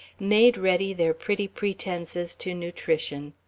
made ready their pretty pretences to nutrition.